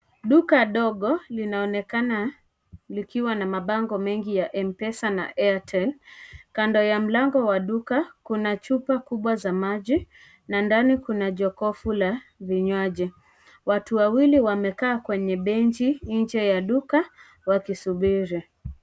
Duka dogo, linaonekana likiwa na mabango mengi ya Mpesa na Airtel. Kando ya mlango wa duka, kuna chupa kubwa za maji na ndani kuna jokofu la vinywaji. Watu wawili, wamekaa kwenye benchi nje ya duka wakisubiri.